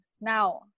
Now